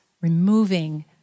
removing